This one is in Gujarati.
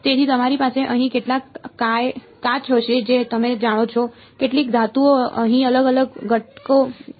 તેથી તમારી પાસે અહીં કેટલાક કાચ હશે જે તમે જાણો છો કેટલીક ધાતુઓ અહીં અલગ અલગ ઘટકો છે